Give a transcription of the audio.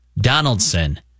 Donaldson